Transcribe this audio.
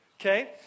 okay